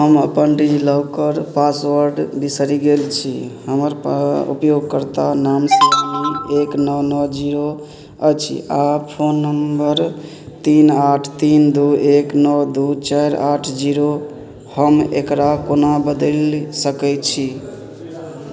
हम अपन DigiLocker password बिसरि गेल छी हमर उपयोगकर्ता नाम सोनाली एक नओ नओ जीरो अछि आओर फोन नम्बर तीन आठ तीन दुइ एक नओ दुइ चारि आठ जीरो हम एकरा कोना बदलि सकै छी